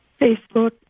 Facebook